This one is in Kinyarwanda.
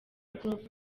groove